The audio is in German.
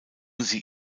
sie